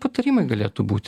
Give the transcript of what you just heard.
patarimai galėtų būt